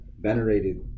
venerated